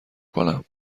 کنم